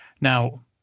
Now